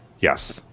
yes